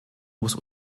muss